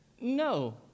No